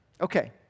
Okay